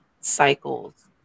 cycles